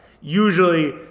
Usually